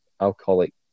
Alcoholic